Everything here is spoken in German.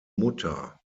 mutter